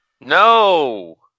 No